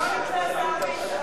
לא נמצא שר בישראל.